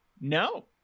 No